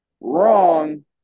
wrong